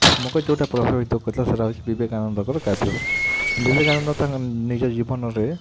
ମକେ ଯୋଉଟା ପ୍ରଭାବିତ କରିଥିଲା ସେଟା ହେଲା ବିବେକାନନ୍ଦଙ୍କର କାବ୍ୟ ବିବେକାନନ୍ଦ୍ ତାଙ୍କ ନିଜ ଜୀବନରେ